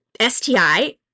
sti